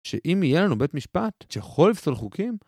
שאם יהיה לנו בית משפט, שיכול לפסול חוקים?